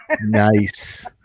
Nice